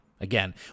Again